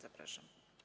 Zapraszam.